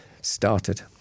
started